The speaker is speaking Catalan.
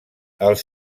els